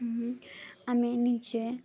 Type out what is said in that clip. ଆମେ ନିଜେ